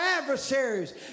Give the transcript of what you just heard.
adversaries